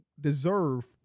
Deserve